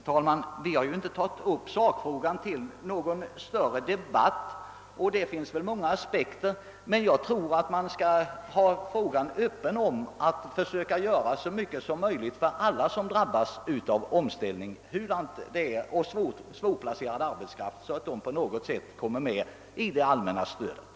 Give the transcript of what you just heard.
Herr talman! Vi har ju inte tagit upp sakfrågan till någon större debatt, och det finns väl många aspekter på den. Men jag tror att man skall hålla frågan öppen och försöka göra så mycket som möjligt för alla som drabbas av omställning och för svårplacerad arbetskraft så att de på något sätt kommer med i det allmänna stödet.